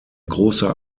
großer